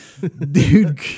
Dude